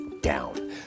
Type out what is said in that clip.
down